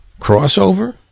crossover